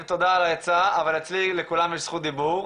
תודה על העצה אבל אצלי לכולם יש זכות דיבור,